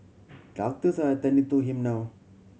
doctors are attending to him now